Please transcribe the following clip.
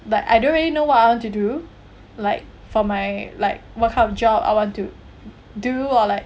but I don't really know what I want to do like for my like what kind of job I want to do or like